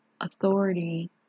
authority